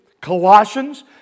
Colossians